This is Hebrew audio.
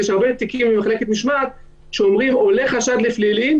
יש הרבה תיקים ממחלקת משמעת שאומרים: עולה חשד לפלילים,